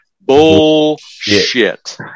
Bullshit